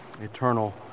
eternal